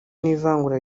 n’ivangura